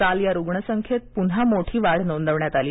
काल या संख्येत पुन्हा मोठी वाढ नोंदवण्यात आली